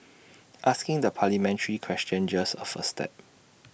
asking the parliamentary question just A first step